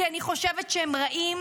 כי אני חושבת שהם רעים